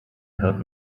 hört